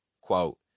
Quote